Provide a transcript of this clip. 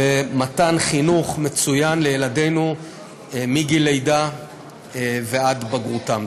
במתן חינוך מצוין לילדינו מגיל לידה ועד בגרותם.